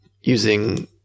using